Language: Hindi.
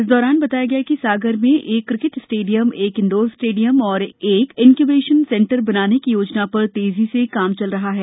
इस दौरान बताया गया कि सागर में एक किकेट स्टेडियम एक इन्डोर स्टेडियम और एक इन्क्यूबेशन सेंटर बनाने की योजना पर तेजी से काम चल रहा है